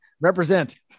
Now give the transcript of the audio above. represent